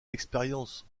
l’expérience